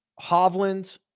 Hovland